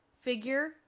figure